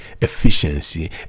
efficiency